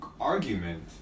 argument